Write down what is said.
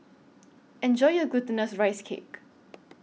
Enjoy your Glutinous Rice Cake